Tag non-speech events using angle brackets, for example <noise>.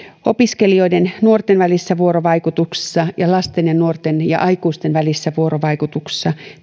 opiskelijoiden nuorten välisessä vuorovaikutuksessa <unintelligible> ja lasten ja nuorten ja aikuisten välisessä vuorovaikutuksessa